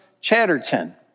Chatterton